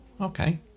okay